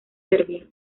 serbia